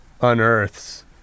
unearths